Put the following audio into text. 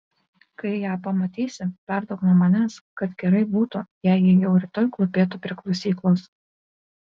kai ją pamatysi perduok nuo manęs kad gerai būtų jei ji jau rytoj klūpėtų prie klausyklos